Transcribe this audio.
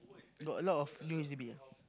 got a lot of new H_D_B ah